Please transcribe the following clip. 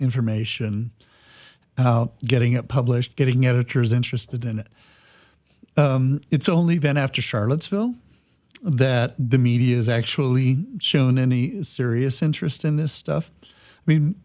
information getting it published getting editors interested in it it's only been after charlottesville that the media has actually shown any serious interest in this stuff i mean